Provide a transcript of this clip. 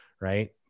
right